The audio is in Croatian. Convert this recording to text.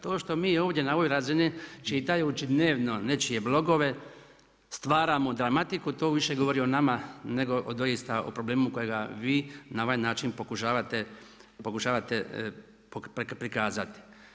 To što mi ovdje na ovoj razini čitajući dnevno nečije blogove stvaramo dramatiku to više govori o nama nego o doista o problemu kojega vi na ovaj način pokušavate prikazati.